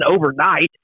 overnight